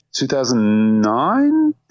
2009